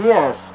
Yes